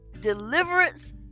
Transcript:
deliverance